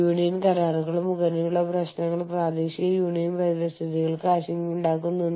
കൂടാതെ നിങ്ങളുടെ ആവശ്യങ്ങൾക്കനുസരിച്ച് നിങ്ങൾ കാര്യങ്ങൾ ചെയ്യുന്നു